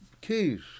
keys